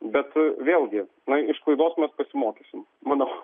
bet vėlgi na iš klaidos mes pasimokysim manau